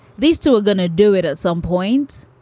these two are going to do it at some point.